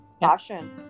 passion